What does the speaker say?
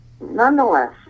Nonetheless